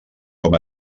com